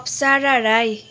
Apsara Rai